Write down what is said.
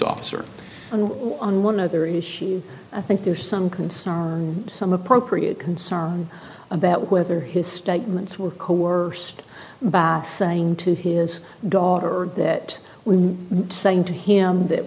officer or on one other issue i think there's some concern some appropriate concern about whether his statements were coerced by saying to his daughter that we sent here that